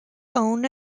own